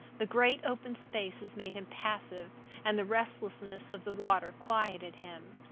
the great open spaces made him passive and the restlessness of the water quieted him.